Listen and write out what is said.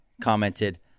commented